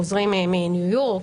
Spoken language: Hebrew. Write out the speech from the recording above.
חוזרים מניו יורק,